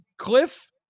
Cliff